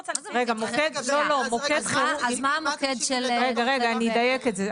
רגע, אני אדייק את זה.